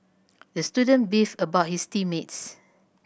the student beefed about his team mates